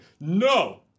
no